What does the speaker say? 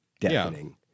deafening